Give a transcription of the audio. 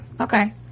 Okay